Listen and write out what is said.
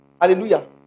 Hallelujah